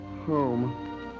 home